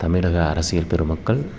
தமிழக அரசியல் பெருமக்கள்